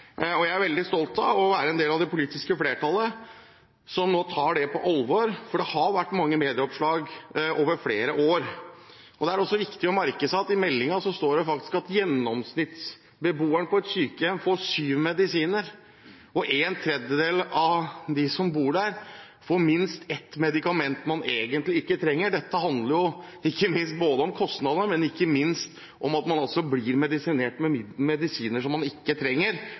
Jeg er veldig stolt av å være en del av det politiske flertallet som nå tar det på alvor, for det har vært mange medieoppslag over flere år. Det er også viktig å merke seg at i meldingen står det faktisk at gjennomsnittsbeboeren på sykehjem får syv medisiner, og en tredjedel av dem som bor på sykehjem, får minst ett medikament de egentlig ikke trenger. Dette handler både om kostnader og ikke minst om at man blir medisinert uten at man trenger det – og det er alvorlig. Vi får en rekke henvendelser fra pårørende som